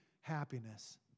happiness